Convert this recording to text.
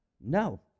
No